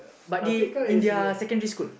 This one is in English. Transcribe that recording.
but they in their secondary school